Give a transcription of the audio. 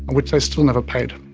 which they still never paid.